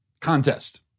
contest